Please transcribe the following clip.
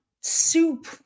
soup